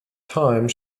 time